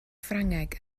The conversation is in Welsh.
ffrangeg